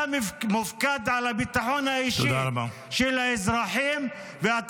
אתה מופקד על הביטחון האישי של האזרחים -- תודה רבה.